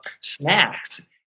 snacks